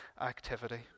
activity